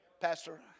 Pastor